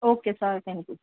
okay sir thank you